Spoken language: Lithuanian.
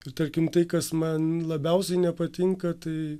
ir tarkim tai kas man labiausiai nepatinka tai